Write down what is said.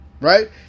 Right